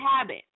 habit